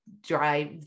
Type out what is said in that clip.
drive